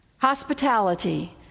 Hospitality